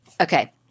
Okay